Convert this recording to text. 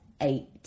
eight